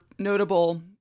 notable